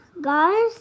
Guys